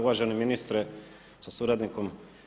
Uvaženi ministre sa suradnikom.